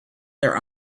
their